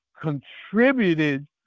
contributed